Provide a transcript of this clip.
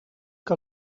que